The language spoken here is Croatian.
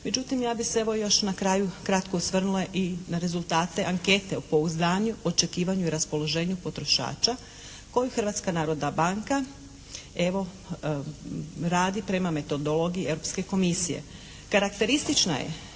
Međutim evo ja bih se evo još na kraju kratko osvrnula na rezultate ankete o pouzdanju, očekivanju i raspoloženju potrošača koju Hrvatska narodna banka evo radi prema metodologiji Europske komisije.